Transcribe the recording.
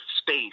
space